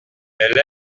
elle